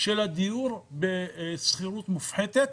של הדיור בשכירות מופחתת.